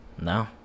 No